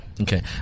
Okay